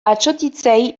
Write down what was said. atsotitzei